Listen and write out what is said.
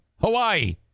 Hawaii